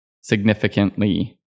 significantly